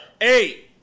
Eight